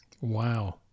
Wow